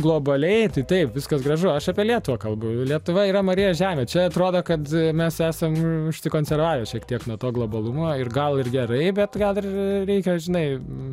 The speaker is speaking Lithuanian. globaliai tai taip viskas gražu aš apie lietuvą kalbu lietuva yra marijos žemė čia atrodo kad mes esam užsikonservavę šiek tiek nuo to globalumo ir gal ir gerai bet gal ir reikia žinai